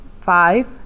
five